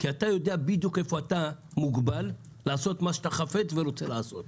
כי אתה יודע בדיוק איפה אתה מוגבל לעשות מה שאתה חפץ ורוצה לעשות.